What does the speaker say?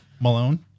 Malone